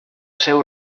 seu